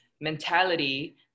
mentality